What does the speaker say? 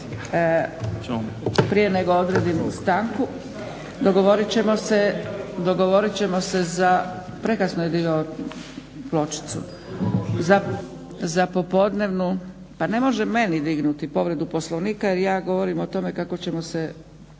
prije nego odredim stanku